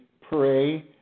pray